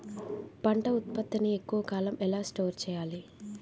పంట ఉత్పత్తి ని ఎక్కువ కాలం ఎలా స్టోర్ చేయాలి?